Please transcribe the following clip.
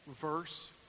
verse